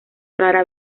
rara